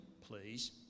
please